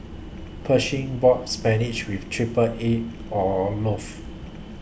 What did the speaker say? Pershing bought Spinach with Triple Egg Olaf